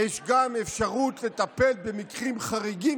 יש גם אפשרות לטפל במקרים חריגים,